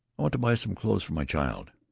i want to buy some clothes for my child.